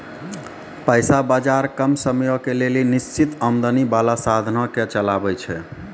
पैसा बजार कम समयो के लेली निश्चित आमदनी बाला साधनो के चलाबै छै